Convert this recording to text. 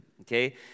okay